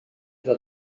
iddo